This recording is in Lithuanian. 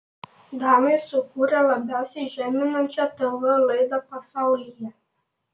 danai sukūrė labiausiai žeminančią tv laidą pasaulyje